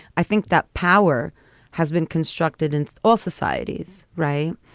i think that power has been constructed in all societies. right.